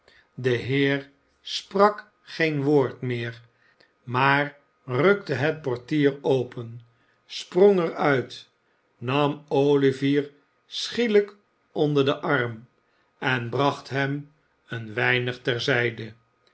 qe heer sprak geen woord meer maar rukte het portier open sprong er uit nam olivier schielijk onder den arm en bracht hem een weinig